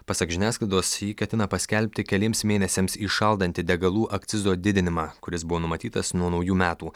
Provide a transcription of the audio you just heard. pasak žiniasklaidos ji ketina paskelbti keliems mėnesiams įšaldanti degalų akcizo didinimą kuris buvo numatytas nuo naujų metų